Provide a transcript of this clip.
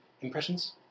impressions